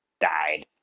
died